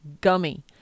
gummy